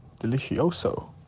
delicioso